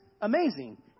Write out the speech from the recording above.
amazing